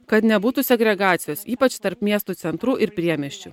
kad nebūtų segregacijos ypač tarp miestų centrų ir priemiesčių